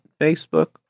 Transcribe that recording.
Facebook